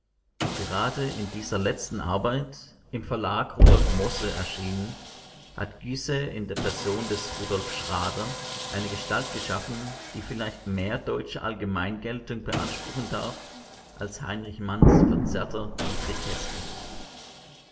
gerade in dieser letzten arbeit im verlag rudolf mosse erschienen hat gysae in der person des rudolf schrader eine gestalt geschaffen die vielleicht mehr deutsche allgemeingeltung beanspruchen darf als heinrich manns verzerrter diedrich heßling